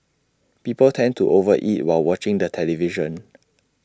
people tend to over eat while watching the television